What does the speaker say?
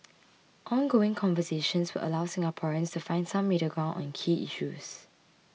ongoing conversations will allow Singaporeans to find some middle ground on key issues